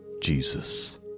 Jesus